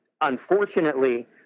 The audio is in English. unfortunately